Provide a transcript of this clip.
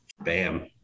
Bam